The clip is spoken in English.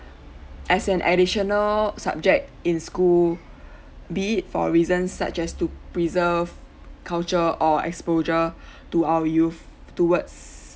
as an additional subject in school be it for reasons such as to preserve culture or exposure to our youth towards